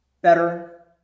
better